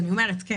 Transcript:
כן.